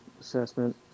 assessment